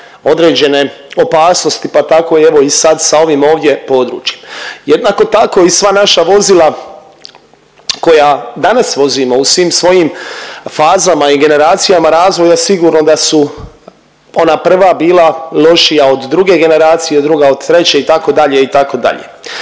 određene opasnosti, pa tako evo i sad sa ovim ovdje područjem. Jednako tako i sva naša vozila koja danas vozimo u svim svojim fazama i generacijama razvoja sigurno da su ona prva bila lošija od druge generacije, druga od treće, itd., itd..